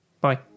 Bye